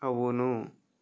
అవును